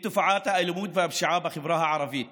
את תופעת האלימות והפשיעה בחברה הערבית